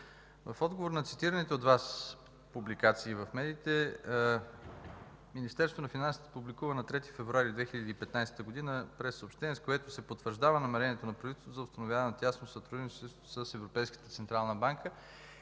В отговор на цитираните от Вас публикации в медиите Министерството на финансите публикува на 3 февруари 2015 г. прессъобщение, с което се потвърждава намерението на правителството за установяване на тясно сътрудничество с Европейската централна банка